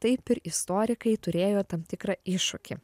taip ir istorikai turėjo tam tikrą iššūkį